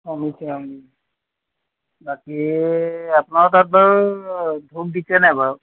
অঁ নিছে অঁ নিছে বাকী আপোনাৰ তাত বাৰু ধূপ দিছে নাই বাৰু